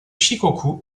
shikoku